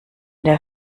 der